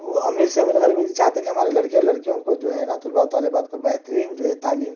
امیر سے امیر غریب چاہتے ہیں کہ ہمارے لڑکے اور لڑکیوں کو جو ہے نہ طلبہ طالبات کو بہترین جو ہے تعلیم